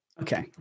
Okay